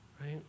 right